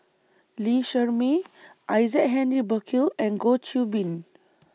Lee Shermay Isaac Henry Burkill and Goh Qiu Bin